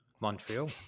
Montreal